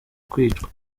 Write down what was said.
kwicwa